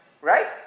right